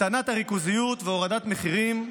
הקטנת הריכוזיות והורדת המחירים.